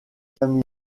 camino